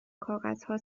کاغذها